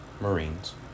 Marines